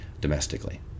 domestically